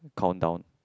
countdown